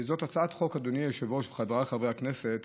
זאת הצעת חוק, אדוני היושב-ראש וחבריי חברי הכנסת,